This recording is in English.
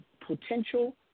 potential